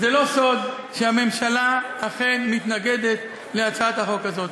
זה לא סוד שהממשלה אכן מתנגדת להצעת החוק הזאת.